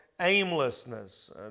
aimlessness